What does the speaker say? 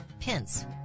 Pence